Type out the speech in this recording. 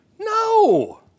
No